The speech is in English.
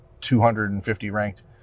250-ranked